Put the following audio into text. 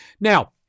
Now